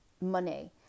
money